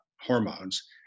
hormones